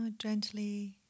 Gently